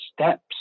steps